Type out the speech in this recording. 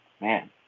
man